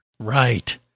right